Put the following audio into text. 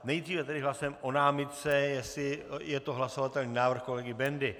Nejdříve tedy hlasujeme o námitce, jestli je to hlasovatelný návrh, kolegy Bendy.